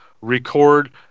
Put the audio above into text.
record